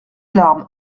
larmes